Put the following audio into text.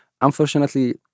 unfortunately